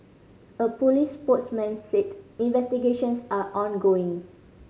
a police spokesman said investigations are ongoing